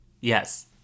Yes